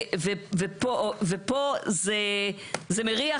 ופה זה מריח,